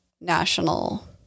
national